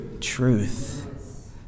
Truth